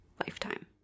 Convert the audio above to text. lifetime